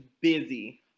busy